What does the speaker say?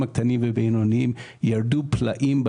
הלוואי.